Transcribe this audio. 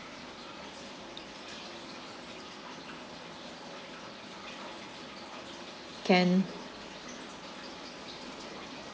can